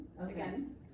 again